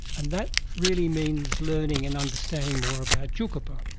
and that really means learning and understanding more about tjukurpa,